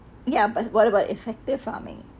yeah but what about effective farming